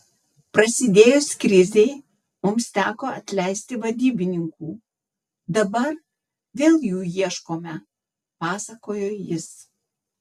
prasidėjus krizei mums teko atleisti vadybininkų dabar vėl jų ieškome pasakojo jis